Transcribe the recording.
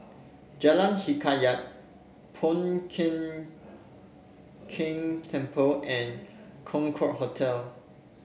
Jalan Hikayat Po Keng Keng Temple and Concorde Hotel